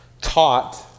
taught